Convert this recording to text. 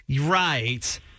Right